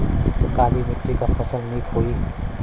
काली मिट्टी क फसल नीक होई?